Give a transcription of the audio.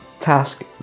task